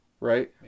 right